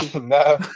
no